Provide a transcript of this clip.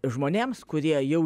žmonėms kurie jau